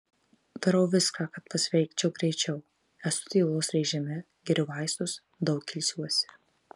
darau viską kad pasveikčiau greičiau esu tylos režime geriu vaistus daug ilsiuosi